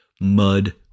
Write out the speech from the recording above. Mud